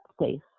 safe